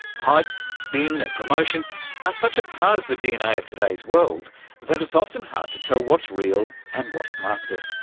hype, spin and promotion are such a part of the dna of today's world that it's often hard to tell what's real and what's marketing.